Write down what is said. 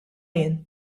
jien